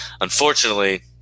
unfortunately